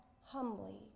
humbly